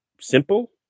simple